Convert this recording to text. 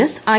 S I